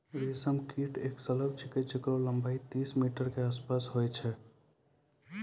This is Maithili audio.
रेशम कीट एक सलभ छिकै जेकरो लम्बाई तीस मीटर के आसपास होय छै